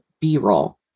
B-roll